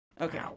Okay